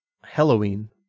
Halloween